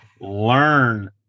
learn